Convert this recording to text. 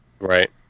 right